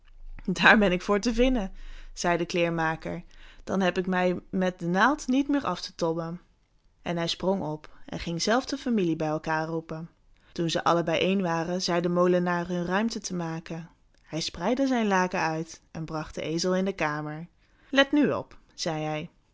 daar ben ik voor te vinden zei de kleermaker dan heb ik mij met de naald niet meer af te tobben en hij sprong op en ging zelf de familie bij elkaar roepen toen ze allen bijeen waren zei de molenaar hun ruimte te maken hij spreidde zijn laken uit en bracht den ezel in de kamer let nu op zei hij